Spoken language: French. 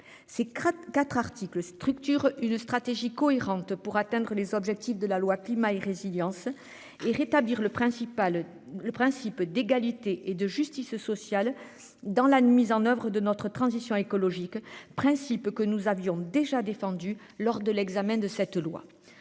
c'est 4 articles structure une stratégie cohérente pour atteindre les objectifs de la loi climat et résilience et rétablir le principal le principe d'égalité et de justice sociale dans la mise en oeuvre de notre transition écologique principe que nous avions déjà défendu lors de l'examen de cette loi.